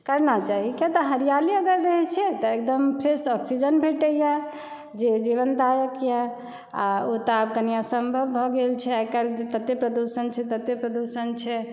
करना चाही किया तऽ हरियाली अगर रहै छै तऽ एकदम फ्रेश ऑक्सीजन भेटैया जे जीवनदायक यऽ आ ओ तऽ आब कनी असंभव भऽ गेल छै आइकाल्हि जे तते प्रदूषण छै तते प्रदूषण छै